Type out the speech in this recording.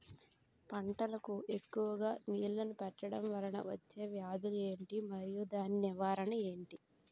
పంటలకు ఎక్కువుగా నీళ్లను పెట్టడం వలన వచ్చే వ్యాధులు ఏంటి? మరియు దాని నివారణ ఏంటి?